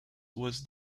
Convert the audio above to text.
was